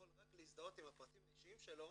רק להזדהות עם הפרטים האישיים שלו,